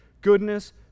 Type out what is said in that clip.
goodness